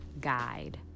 guide